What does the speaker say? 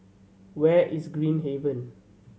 where is Green Haven